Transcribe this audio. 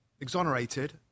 exonerated